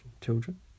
children